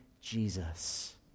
Jesus